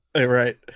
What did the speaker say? right